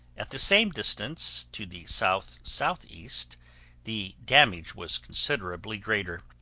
at the same distance to the south-southeast the damage was considerably greater,